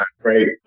Great